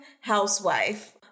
housewife